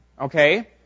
okay